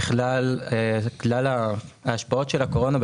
ככלל כלל השפעות הקורונה,